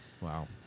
Wow